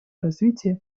развитие